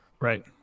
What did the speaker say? Right